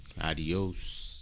adios